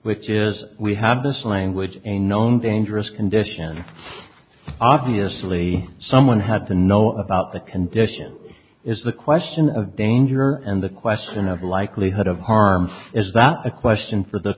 which is we have this language a known dangerous condition obviously someone had to know about the condition is the question of danger and the question of likelihood of harm is that a question for the